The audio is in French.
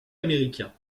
américain